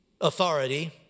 authority